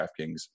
DraftKings